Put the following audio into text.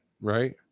right